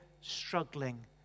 struggling